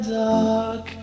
dark